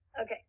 Okay